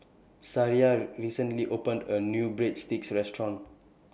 Sariah recently opened A New Breadsticks Restaurant